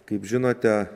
kaip žinote